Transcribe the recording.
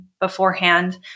beforehand